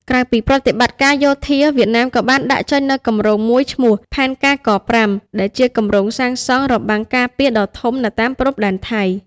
ក្រៅពីប្រតិបត្តិការយោធា វៀតណាមក៏បានដាក់ចេញនូវគម្រោងមួយឈ្មោះ "ផែនការ ក5" ដែលជាគម្រោងសាងសង់របាំងការពារដ៏ធំនៅតាមព្រំដែនថៃ។